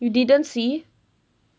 you didn't see